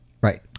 right